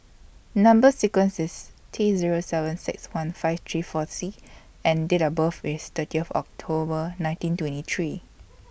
Number sequence IS T Zero seven six one five three four C and Date of birth IS thirty of October nineteen twenty three